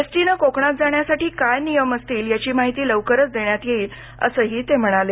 एसटीने कोकणात जाण्यासाठी काय नियम असतील याची माहिती लवकरच देण्यात येईल असही ते म्हणाले